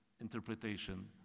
interpretation